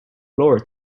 laura